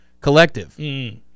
collective